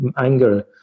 anger